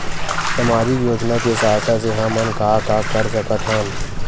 सामजिक योजना के सहायता से हमन का का कर सकत हन?